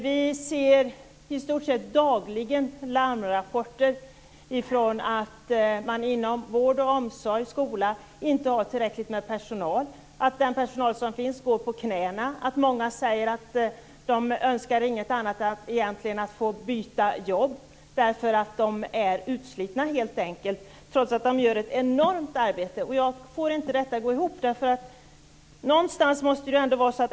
Vi ser i stort sett dagligen larmrapporter om att man inom vård, omsorg och skola inte har tillräckligt med personal och att den personal som finns går på knäna. Många säger att de egentligen inte önskar något annat än att få byta jobb, eftersom de helt enkelt är utslitna. Detta till trots gör de ett enormt arbete. Jag får inte detta att gå ihop.